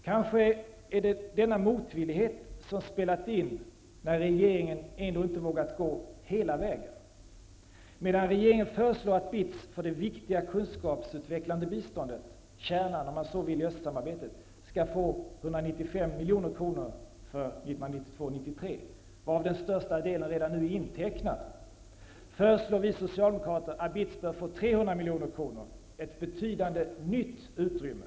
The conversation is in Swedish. Kanske är det denna motvillighet som spelat in, när regeringen ändå inte vågat gå hela vägen. Medan regeringen föreslår att BITS för det viktiga kunskapsutvecklande biståndet, kärnan om man så vill, i östsamarbetet skall få 195 milj.kr. för 1992/93, varav den största delen redan är intecknad, föreslår Socialdemokraterna att BITS skall få 300 milj.kr., ett betydande nytt utrymme.